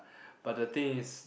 but the thing is